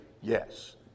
yes